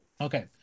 Okay